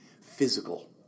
physical